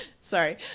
Sorry